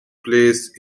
place